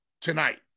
tonight